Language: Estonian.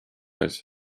ees